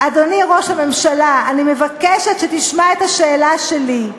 אדוני ראש הממשלה, אני מבקשת שתשמע את השאלה שלי: